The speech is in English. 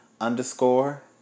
underscore